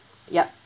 ya